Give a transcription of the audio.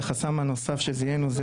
שהחסם הנוסף שזיהינו,